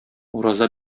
ураза